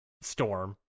storm